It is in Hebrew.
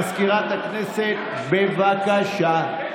מזכירת הכנסת, בבקשה.